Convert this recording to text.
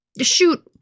shoot